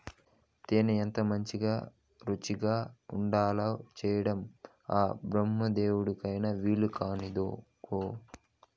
తేనె ఎంతమంచి రుచిగా ఉండేలా చేయడం ఆ బెమ్మదేవుడికైన వీలుకాదనుకో